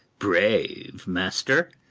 brave, master!